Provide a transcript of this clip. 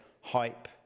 hype